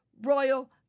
Royal